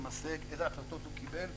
למעשה איזה החלטות הוא קיבל.